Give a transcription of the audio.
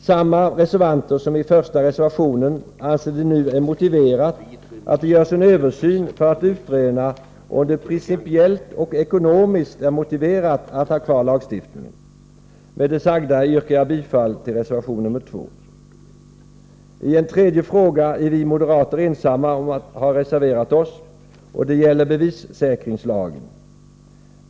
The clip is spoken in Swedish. Samma reservanter som i första reservationen anser att det nu är motiverat att det görs en översyn för att utröna om det principiellt och ekonomiskt är motiverat att ha kvar lagstiftningen. Med det sagda yrkar jag bifall till reservation 2. I en tredje fråga är vi moderater ensamma om att ha reserverat oss, och det gäller bevissäkringslagen.